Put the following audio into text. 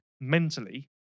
mentally